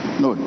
no